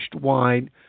wine